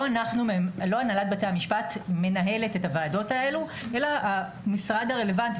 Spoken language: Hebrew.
לא הנהלת בתי המשפט מנהלת את הוועדות האלה אלא המשרד הרלוונטי.